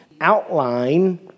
outline